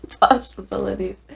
possibilities